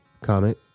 Comment